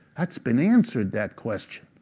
that's been answered, that question.